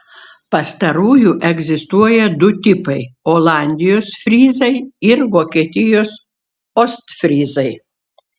pastarųjų egzistuoja du tipai olandijos fryzai ir vokietijos ostfryzai